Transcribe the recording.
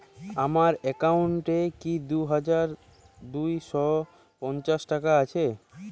আমার অ্যাকাউন্ট এ কি দুই হাজার দুই শ পঞ্চাশ টাকা আছে?